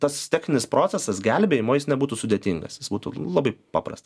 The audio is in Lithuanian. tas techninis procesas gelbėjimo jis nebūtų sudėtingas jis būtų labai paprastas